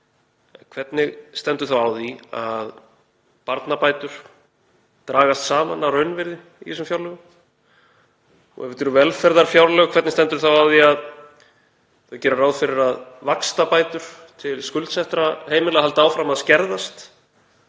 Hvernig stendur þá á því að barnabætur dragast saman að raunvirði í þessum fjárlögum? Ef þetta eru velferðarfjárlög hvernig stendur þá á því að gert er ráð fyrir að vaxtabætur til skuldsettra heimila haldi áfram að skerðast